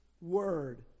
word